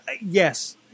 Yes